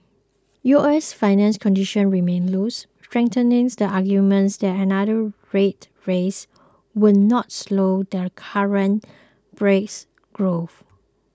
U S financial conditions remain loose strengthening the arguments that another rate rise would not slow their current brisk growth